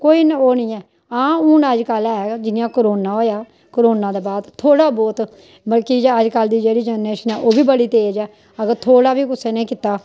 कोई ओह् निं ऐ हां हून अजकल ऐ जि'यां करोना होएआ करोना दे बाद थोह्ड़ा बहुत बल्कि अजकल दी जेह्ड़ी जनरेशन ऐ ओह् बी बड़ी तेज ऐ अगर थोह्ड़ा बी कुसी ने कीता